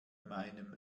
meinem